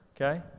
okay